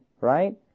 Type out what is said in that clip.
right